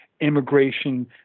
Immigration